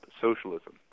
socialism